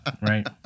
right